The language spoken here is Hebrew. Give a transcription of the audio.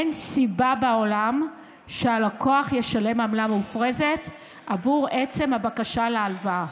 אין סיבה בעולם שהלקוח ישלם עמלה מופרזת עבור עצם הבקשה להלוואה.